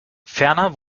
ferner